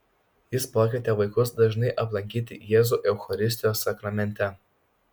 jis pakvietė vaikus dažnai aplankyti jėzų eucharistijos sakramente